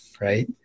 right